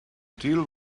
deal